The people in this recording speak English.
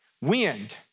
Wind